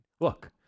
Look